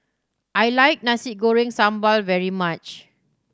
I like Nasi Goreng Sambal very much